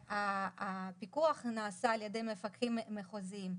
והפיקוח נעשה על ידי מפקחים מחוזיים.